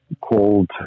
called